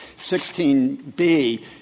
16B